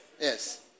Yes